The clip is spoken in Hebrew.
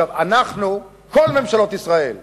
עכשיו, אנחנו, כל ממשלות ישראל קדימה,